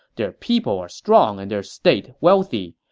their people are strong and their state wealthy.